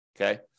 Okay